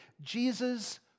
Jesus